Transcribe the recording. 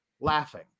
laughing